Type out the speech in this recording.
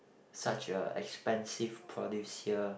such a expensive produce here